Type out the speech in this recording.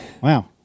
Wow